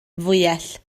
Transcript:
fwyell